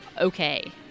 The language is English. Okay